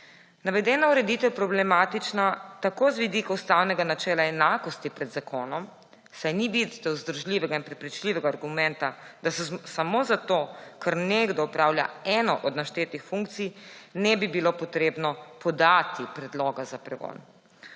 Navedena ureditev je problematična tako z vidika ustavnega načela enakosti pred zakonom, saj ni videti vzdržljivega in prepričljivega argumenta, da samo zato, ker nekdo opravlja eno od naštetih funkcij, ne bi bilo potrebno podati predloga za pregon.